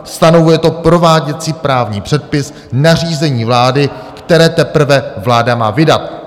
Stanovuje to prováděcí právní předpis, nařízení vlády, které teprve vláda má vydat.